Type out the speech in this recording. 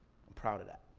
proud of that.